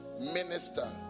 Minister